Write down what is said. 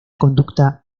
conducta